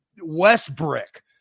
Westbrook